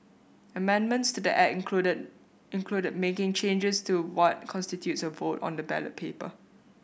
amendments to the Act included included making changes to what constitutes a vote on the ballot paper